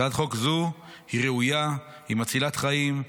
הצעת חוק זו היא ראויה, היא מצילת חיים.